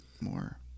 more